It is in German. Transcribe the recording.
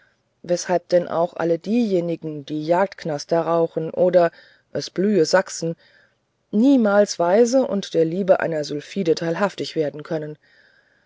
elements weshalb denn auch alle diejenigen die jagdknaster rauchen oder es blühe sachsen niemals weise und der liebe einer sylphide teilhaftig werden können